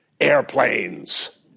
Airplanes